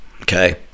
Okay